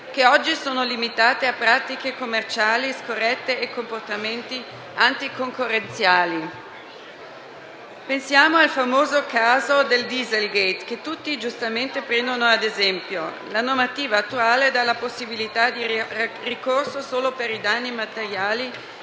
che oggi sono limitate a pratiche commerciali scorrette e a comportamenti anticoncorrenziali. Pensiamo al famoso caso del Dieselgate, che tutti giustamente prendono ad esempio. La normativa attuale dà la possibilità di ricorso solo per i danni materiali